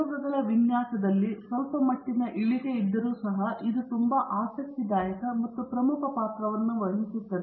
ಪ್ರಯೋಗಗಳ ವಿನ್ಯಾಸದಲ್ಲಿ ಸ್ವಲ್ಪಮಟ್ಟಿನ ಇಳಿದಿದ್ದರೂ ಸಹ ಇದು ತುಂಬಾ ಆಸಕ್ತಿದಾಯಕ ಮತ್ತು ಪ್ರಮುಖ ಪಾತ್ರವನ್ನು ವಹಿಸುತ್ತದೆ